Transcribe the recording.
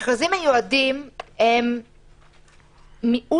מכרזים מיועדים הם מיעוט